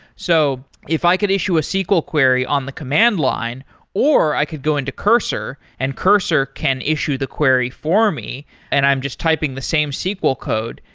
so if i could issue a sql query on the command line or i could go into cursor, and cursor can issue the query for me and i'm just typing the same sql code,